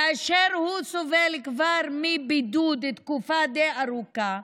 כאשר הוא סובל מבידוד כבר תקופה די ארוכה,